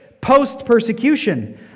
post-persecution